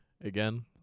Again